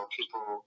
people